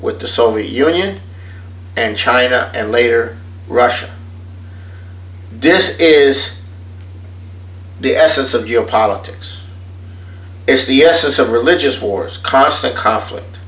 with the soviet union and china and later russia this is the essence of geopolitics is the essence of religious wars constant conflict